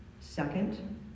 Second